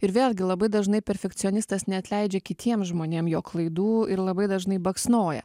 ir vėlgi labai dažnai perfekcionistas neatleidžia kitiem žmonėm jo klaidų ir labai dažnai baksnoja